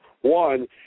One